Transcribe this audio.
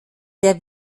der